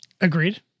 Agreed